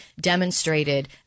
demonstrated